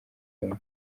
byombi